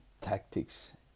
tactics